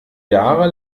jahre